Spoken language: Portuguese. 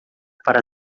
para